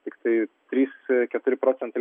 tiktais trys keturi procentai